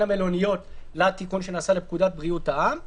המלוניות לתיקון שנעשה לפקודת בריאות העם.